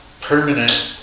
permanent